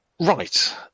right